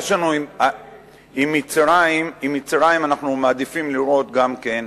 עם מצרים אנחנו מעדיפים לראות גם כן,